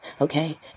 okay